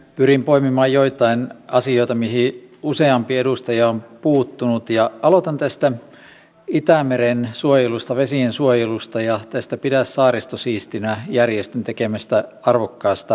pyrin poimimaan joitain asioita mihin useampi edustaja on puuttunut ja aloitan tästä itämeren suojelusta vesien suojelusta ja tästä pidä saaristo siistinä järjestön tekemästä arvokkaasta työstä